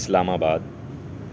اسلام آباد